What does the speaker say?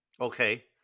Okay